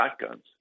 shotguns